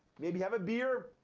maybe have a beer,